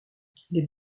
les